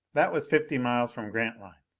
that was fifty miles from grantline.